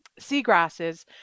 seagrasses